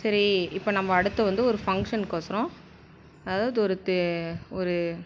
சரி இப்போ நம்ம அடுத்து வந்து ஒரு ஃபங்க்ஷனுக்கு ஒசரம் அதாவது ஒரு தெ ஒரு